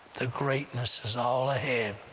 the greatness is all ahead.